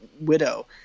widow